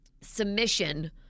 submission